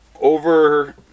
over